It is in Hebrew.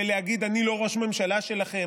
בלהגיד: אני לא ראש ממשלה שלכם,